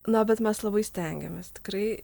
na bet mes labai stengėmės tikrai